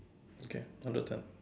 okay another turn